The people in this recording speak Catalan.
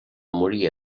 morir